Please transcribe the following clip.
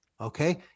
okay